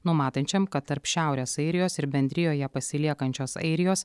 numatančiam kad tarp šiaurės airijos ir bendrijoje pasiliekančios airijos